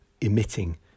emitting